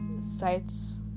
sites